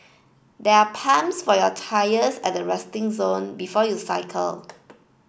there are pumps for your tyres at the resting zone before you cycle